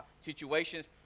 situations